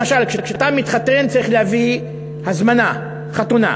למשל, כשאתה מתחתן צריך להביא הזמנה לחתונה,